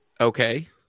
Okay